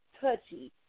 touchy